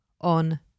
on